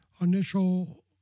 initial